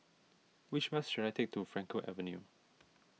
which bus should I take to Frankel Avenue